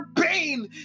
pain